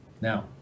Now